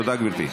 תודה, גברתי.